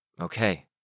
Okay